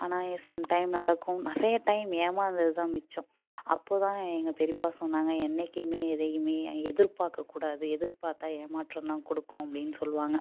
ஆனால் சம்டைம் நடக்கும் நிறைய டைம் ஏமாந்தது தான் மிச்சம் அப்போது தான் எங்கள் பெரிப்பா சொன்னாங்கள் என்றைக்குமே எதையுமே எதிர்பார்க்கக்கூடாது எதிர்பார்த்தா ஏமாற்றம் தான் கொடுக்கும் அப்படின்னு சொல்லுவாங்கள்